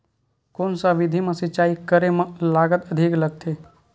कोन सा विधि म सिंचाई करे म लागत अधिक लगथे?